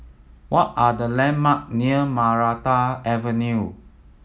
what are the landmark near Maranta Avenue